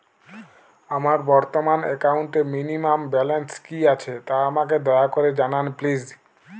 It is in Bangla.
আমার বর্তমান একাউন্টে মিনিমাম ব্যালেন্স কী আছে তা আমাকে দয়া করে জানান প্লিজ